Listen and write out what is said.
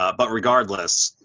ah but regardless,